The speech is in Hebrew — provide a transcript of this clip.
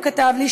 הוא כתב לי,